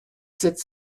sept